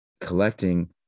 collecting